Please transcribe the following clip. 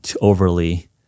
overly